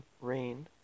Rain